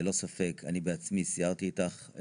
ללא ספק, אני בעצמי סיירתי איתך.